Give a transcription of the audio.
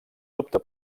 dubte